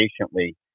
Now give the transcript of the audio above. patiently